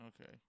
Okay